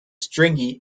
stringy